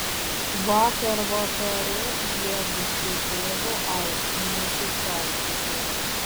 vakar vakare jiedu su tėvu aiškinosi santykius